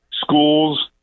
schools –